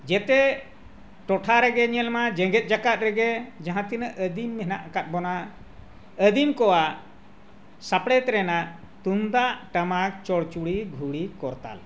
ᱡᱷᱚᱛᱚ ᱴᱚᱴᱷᱟ ᱨᱮᱜᱮ ᱧᱮᱞ ᱢᱟ ᱡᱮᱜᱮᱫ ᱡᱟᱠᱟᱛ ᱨᱮᱜᱮ ᱡᱟᱦᱟᱸ ᱛᱤᱱᱟᱹᱜ ᱟᱹᱫᱤᱢ ᱢᱮᱱᱟᱜ ᱟᱠᱟᱫ ᱵᱚᱱᱟ ᱟᱹᱫᱤᱢ ᱠᱚᱣᱟᱜ ᱥᱟᱯᱲᱮᱫ ᱨᱮᱱᱟᱜ ᱛᱩᱢᱫᱟᱜ ᱴᱟᱢᱟᱠ ᱪᱚᱲᱪᱩᱲᱤ ᱜᱷᱩᱲᱤ ᱠᱚᱨᱛᱟᱞ